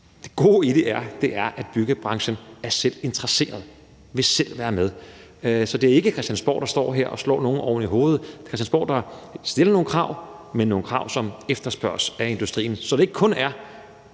Det gode i det er, at byggebranchen selv er interesseret og selv vil være med. Så det er ikke Christiansborg, der står her og slår nogen oven i hovedet. Det er Christiansborg, der stiller nogle krav, men det er nogle krav, som efterspørges af industrien, så det ikke kun